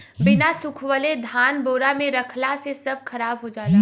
बिना सुखवले धान बोरा में रखला से सब खराब हो जाला